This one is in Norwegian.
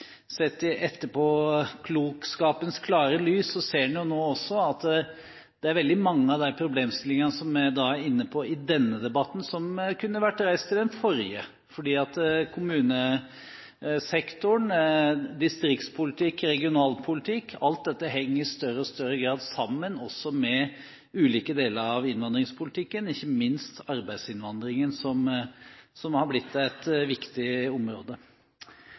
sett i etterpåklokskapens klare lys er det veldig mange av de problemstillingene vi er inne på i denne debatten, som kunne vært reist i den forrige. For kommunesektoren, distriktspolitikk og regionalpolitikk henger i større og større grad sammen, også med ulike deler av innvandringspolitikken – ikke minst med arbeidsinnvandringen, som har blitt et viktig område.